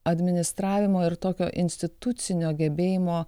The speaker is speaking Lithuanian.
administravimo ir tokio institucinio gebėjimo